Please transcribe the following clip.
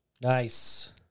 Nice